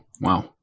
Wow